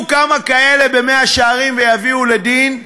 כמה כאלה במאה-שערים ויביאו אותם לדין,